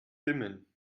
dimmen